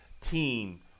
team